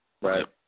Right